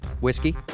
whiskey